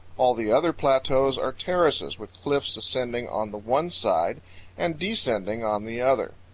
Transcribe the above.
all the other plateaus are terraces, with cliffs ascending on the one side and descending on the other.